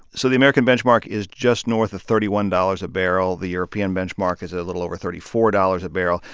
so the american benchmark is just north of thirty one dollars a barrel. the european benchmark is a little over thirty four dollars a barrel.